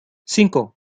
cinco